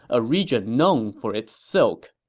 a region known for its silk.